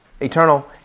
eternal